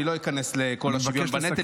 אני לא איכנס לכל השוויון בנטל --- אני מבקש לסכם.